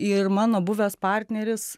ir mano buvęs partneris